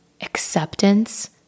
acceptance